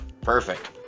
Perfect